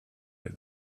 wir